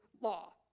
law